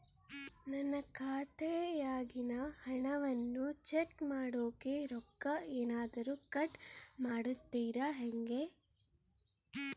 ನನ್ನ ಖಾತೆಯಾಗಿನ ಹಣವನ್ನು ಚೆಕ್ ಮಾಡೋಕೆ ರೊಕ್ಕ ಏನಾದರೂ ಕಟ್ ಮಾಡುತ್ತೇರಾ ಹೆಂಗೆ?